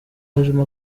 hajemo